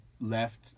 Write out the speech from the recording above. left